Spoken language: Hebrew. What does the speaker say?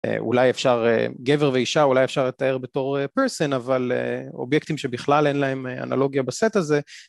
אולי אפשר, גבר ואישה אולי אפשר לתאר בתור person אבל אובייקטים שבכלל אין להם אנלוגיה בסט הזה